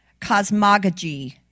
Cosmogogy